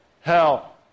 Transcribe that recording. Hell